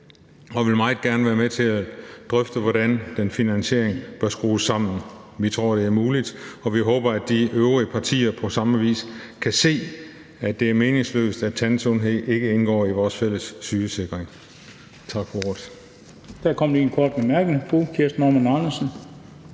og vil meget gerne være med til at drøfte, hvordan den finansiering bør skrues sammen. Vi tror, det er muligt, og vi håber, at de øvrige partier på samme vis kan se, at det er meningsløst, at tandsundhed ikke indgår i vores fælles sygesikring. Tak for ordet.